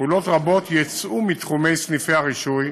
פעולות רבות יצאו מתחומי סניפי הרישוי,